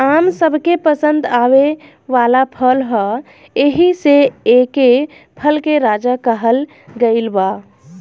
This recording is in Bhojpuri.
आम सबके पसंद आवे वाला फल ह एही से एके फल के राजा कहल गइल बा